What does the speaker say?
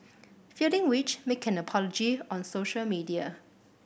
feeling which make an apology on social media